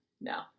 No